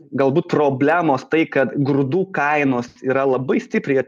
galbūt problemos tai kad grūdų kainos yra labai stipriai